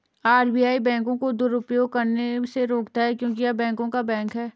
RBI बैंकों को दुरुपयोग करने से रोकता हैं क्योंकि य़ह बैंकों का बैंक हैं